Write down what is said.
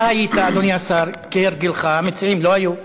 אתה היית, אדוני השר, כהרגלך, המציעים לא היו.